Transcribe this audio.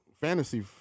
fantasy